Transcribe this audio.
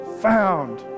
found